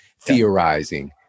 theorizing